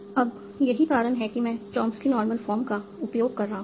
अब यही कारण है कि मैं चॉम्स्की नॉर्मल फॉर्म का उपयोग कर रहा हूं